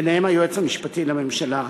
וביניהם היועץ המשפטי לממשלה,